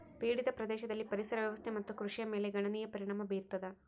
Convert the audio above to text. ಪೀಡಿತ ಪ್ರದೇಶದಲ್ಲಿ ಪರಿಸರ ವ್ಯವಸ್ಥೆ ಮತ್ತು ಕೃಷಿಯ ಮೇಲೆ ಗಣನೀಯ ಪರಿಣಾಮ ಬೀರತದ